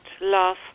love